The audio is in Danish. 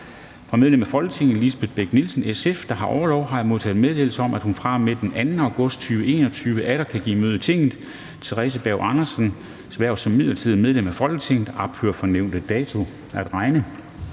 Fra medlem af Folketinget Lisbeth Bech-Nielsen, SF, der har orlov, har jeg modtaget meddelelse om, at hun fra og med den 2. august 2021 atter kan give møde i Tinget. Theresa Berg Andersens hverv som midlertidigt medlem af Folketinget ophører fra nævnte dato at regne.